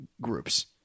groups